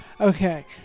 Okay